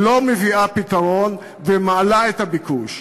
שלא מביאה פתרון ומעלה את הביקוש.